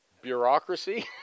Bureaucracy